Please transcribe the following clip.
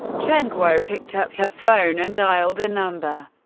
chen guo picked up her phone and dialed a number.